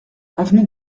avenue